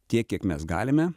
tiek kiek mes galime